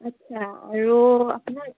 আচ্ছা আৰু আপোনাৰ